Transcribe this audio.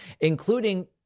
including